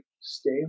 Stay